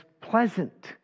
pleasant